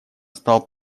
стал